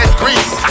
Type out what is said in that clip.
grease